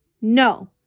No